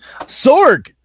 Sorg